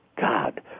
God